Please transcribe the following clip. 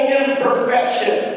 imperfection